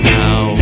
now